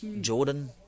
Jordan